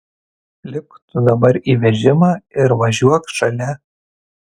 lipk tu dabar į vežimą ir važiuok šalia